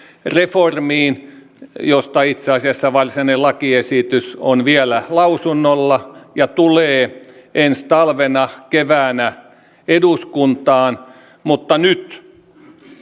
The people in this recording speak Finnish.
reformiin josta itse asiassa varsinainen lakiesitys on vielä lausunnolla ja tulee ensi talvena keväänä eduskuntaan mutta nyt